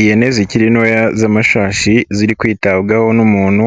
Ihene zikiri ntoya z'amashashi ziri kwitabwaho n'umuntu,